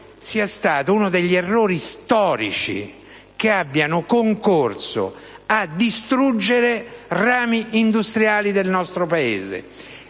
sia uno degli errori storici che hanno concorso a distruggere rami industriali del nostro Paese.